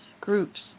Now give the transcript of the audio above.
groups